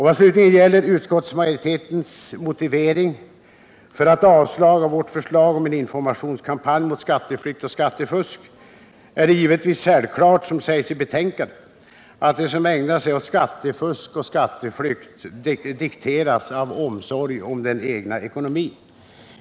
Vad slutligen gäller utskottsmajoritetens motivering för ett avslag på vårt förslag om en informationskampanj mot skatteflykt och skattefusk är det självklart, som det sägs i betänkandet, att de som ägnar sig åt skattefusk och skatteflykt dikteras av omsorg om den egna ekonomin.